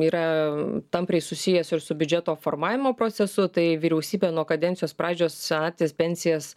yra tampriai susijęs ir su biudžeto formavimo procesu tai vyriausybė nuo kadencijos pradžios senatvės pensijas